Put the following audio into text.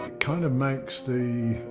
kind of makes the